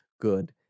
good